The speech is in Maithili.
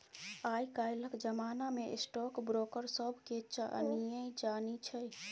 आय काल्हिक जमाना मे स्टॉक ब्रोकर सभके चानिये चानी छै